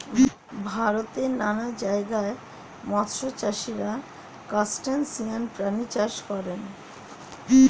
ভারতের নানান জায়গায় মৎস্য চাষীরা ক্রাসটেসিয়ান প্রাণী চাষ করে